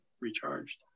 recharged